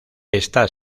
está